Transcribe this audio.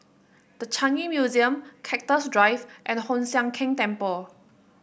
The Changi Museum Cactus Drive and Hoon Sian Keng Temple